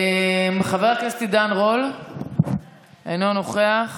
חבר הכנסת עידן רול, אינו נוכח,